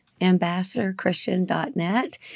ambassadorchristian.net